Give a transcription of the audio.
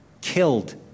Killed